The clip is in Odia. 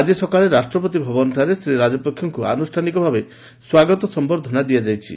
ଆଜି ସକାଳେ ରାଷ୍ଟ୍ରପତି ଭବନଠାରେ ଶ୍ରୀ ରାଜପକ୍ଷେଙ୍କୁ ଆନୁଷାନିକ ଭାବେ ସ୍ୱାଗତ ସମ୍ଭର୍ଦ୍ଧନା ଦିଆଯିବ